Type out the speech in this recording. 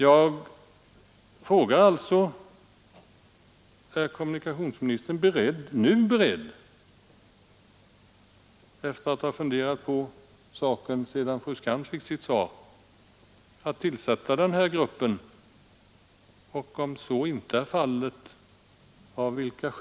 Jag frågar alltså: Är kommunikationsministern nu beredd, efter att ha funderat på saken sedan fru Skantz fick sitt svar, att tillsätta den här il tillsätts den inte? Det är gruppen?